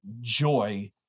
joy